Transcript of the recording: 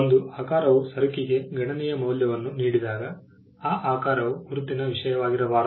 ಒಂದು ಆಕಾರವು ಸರಕಿಗೆ ಗಣನೀಯ ಮೌಲ್ಯವನ್ನು ನೀಡಿದಾಗ ಆ ಆಕಾರವು ಗುರುತಿನ ವಿಷಯವಾಗಿರಬಾರದು